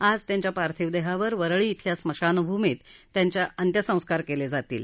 आज त्यांच्या पार्थीव देहावर वरळी शिल्या स्मशान भूमीत त्यांच्यावर अंत्यसंस्कार केले जातील